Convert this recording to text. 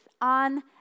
on